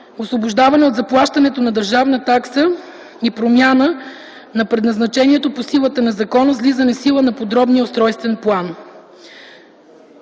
освобождаване от заплащането на държавна такса и промяна на предназначението по силата на закона, с влизане в сила на подробния устройствен план.